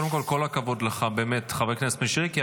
קודם כול, כל הכבוד לך באמת, חבר הכנסת מישרקי.